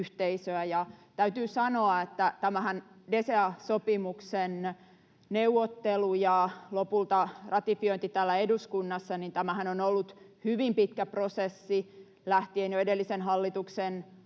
Täytyy sanoa, että tämä DCA-sopimuksen neuvottelu ja lopulta ratifiointi täällä eduskunnassa on ollut hyvin pitkä prosessi lähtien jo edellisen hallituksen ajalta.